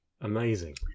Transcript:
Amazing